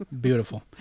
Beautiful